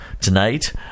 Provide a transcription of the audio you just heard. tonight